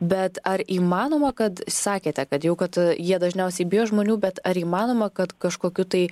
bet ar įmanoma kad sakėte kad jau kad jie dažniausiai bijo žmonių bet ar įmanoma kad kažkokiu tai